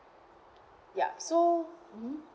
yup so mmhmm